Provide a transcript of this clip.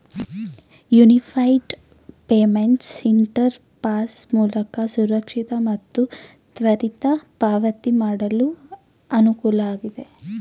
unified payments interface ಮೂಲಕ ಸುರಕ್ಷಿತ ಮತ್ತು ತ್ವರಿತ ಪಾವತಿ ಮಾಡಲು ಅನುಕೂಲ ಆಗಿದೆ